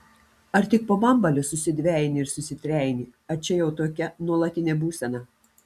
ar tik po bambalio susidvejini ir susitrejini ar čia jau tokia nuolatinė būsena